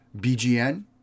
BGN